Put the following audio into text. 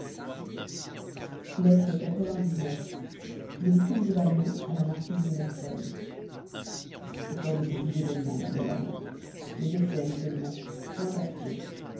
lettre le vicomte de valmont à la marquise de merteuil encore de petits événements ma belle amie mais des scènes seulement point d'actions